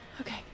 Okay